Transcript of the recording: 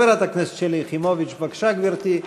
חברת הכנסת שלי יחימוביץ, בבקשה, גברתי,